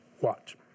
Watch